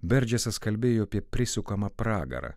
berdžesas kalbėjo apie prisukamą pragarą